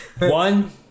One